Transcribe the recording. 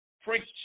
preached